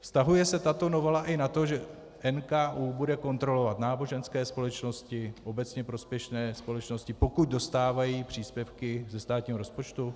Vztahuje se tato novela i na to, že NKÚ bude kontrolovat náboženské společnosti, obecně prospěšné společnosti, pokud dostávají příspěvky ze státního rozpočtu?